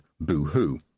Boo-hoo